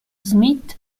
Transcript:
smith